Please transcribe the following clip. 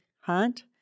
hunt